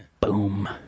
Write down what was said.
Boom